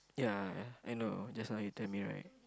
ya I know just now you tell me right